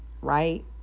right